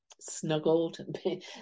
snuggled